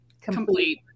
complete